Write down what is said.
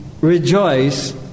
rejoice